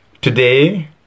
Today